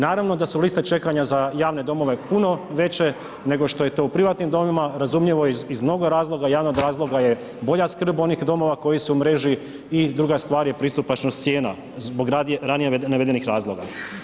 Naravno da su liste čekanja za javne domove puno veće nego što je to u privatnim domovima razumljivo iz mnogo razloga, jedan od razloga je bolja skrb onih domova koji su u mreži i druga stvar je pristupačnost cijena zbog ranije navedenih razloga.